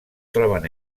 troben